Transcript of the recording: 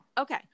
Okay